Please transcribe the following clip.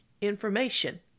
information